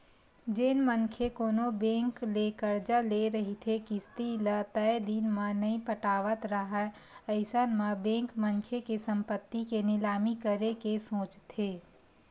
जेन मनखे कोनो बेंक ले करजा ले रहिथे किस्ती ल तय दिन म नइ पटावत राहय अइसन म बेंक मनखे के संपत्ति के निलामी करे के सोचथे